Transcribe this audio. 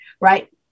right